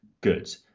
Good